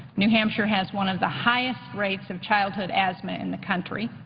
new hampshire has one of the highest rates of childhood asthma in the country.